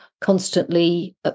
constantly